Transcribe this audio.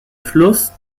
fluss